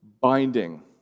binding